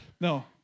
No